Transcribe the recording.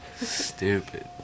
Stupid